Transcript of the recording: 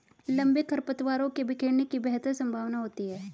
लंबे खरपतवारों के बिखरने की बेहतर संभावना होती है